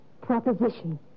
proposition